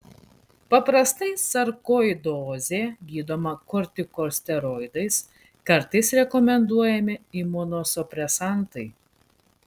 paprastai sarkoidozė gydoma kortikosteroidais kartais rekomenduojami imunosupresantai